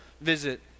visit